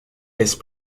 laisse